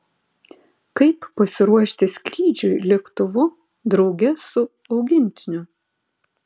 kaip pasiruošti skrydžiui lėktuvu drauge su augintiniu